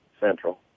Central